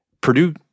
Purdue